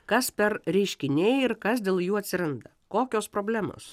kas per reiškiniai ir kas dėl jų atsiranda kokios problemos